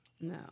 No